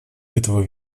этого